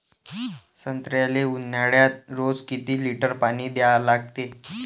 संत्र्याले ऊन्हाळ्यात रोज किती लीटर पानी द्या लागते?